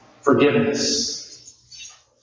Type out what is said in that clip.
forgiveness